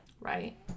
Right